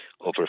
over